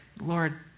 Lord